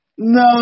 No